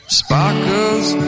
sparkles